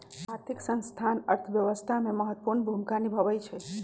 आर्थिक संस्थान अर्थव्यवस्था में महत्वपूर्ण भूमिका निमाहबइ छइ